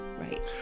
Right